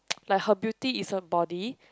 like her beauty is the body